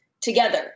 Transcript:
together